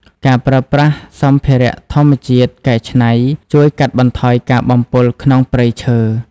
ការប្រើប្រាស់សម្ភារៈធម្មជាតិកែច្នៃ ជួយកាត់បន្ថយការបំពុលក្នុងព្រៃឈើ។